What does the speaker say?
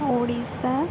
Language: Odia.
ଓଡ଼ିଶା